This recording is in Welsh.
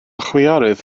chwiorydd